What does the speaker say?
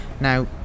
now